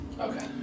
Okay